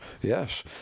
Yes